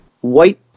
white